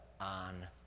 on